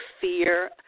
fear